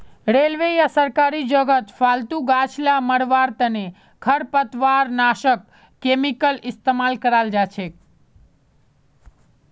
railway या सरकारी जगहत फालतू गाछ ला मरवार तने खरपतवारनाशक केमिकल इस्तेमाल कराल जाछेक